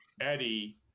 Eddie